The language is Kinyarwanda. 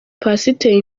pasiteri